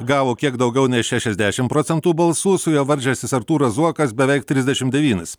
gavo kiek daugiau nei šešiasdešim procentų balsų su juo varžęsis artūras zuokas beveik trisdešim devynis